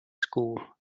school